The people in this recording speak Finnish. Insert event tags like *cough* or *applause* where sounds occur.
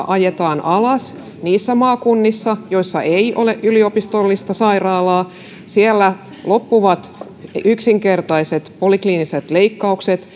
*unintelligible* ajetaan alas niissä maakunnissa joissa ei ole yliopistollista sairaalaa siellä loppuvat yksinkertaiset polikliiniset leikkaukset *unintelligible*